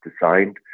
designed